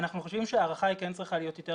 אנחנו חושבים שההארכה כן צריכה להיות יותר